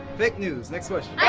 fake news, next question.